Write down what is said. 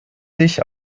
sich